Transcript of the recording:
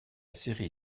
série